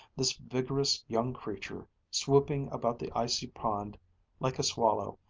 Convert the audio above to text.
this vigorous young creature, swooping about the icy pond like a swallow,